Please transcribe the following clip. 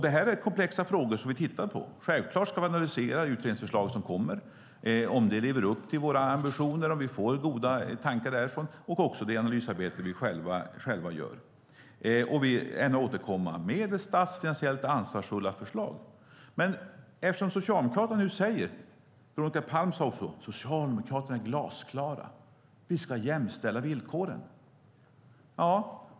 Det här är komplexa frågor som vi tittar på. Självklart ska vi analysera de utredningsförslag som kommer för att se om de gör att vi kan leva upp till våra ambitioner och om vi kan få goda tankar därifrån. Och så gör vi själva ett analysarbete och ämnar återkomma med statsfinansiellt ansvarsfulla förslag. Socialdemokraterna säger, Veronica Palm sade det också, att det är glasklart: Ni ska jämställa villkoren.